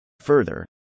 Further